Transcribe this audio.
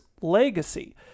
legacy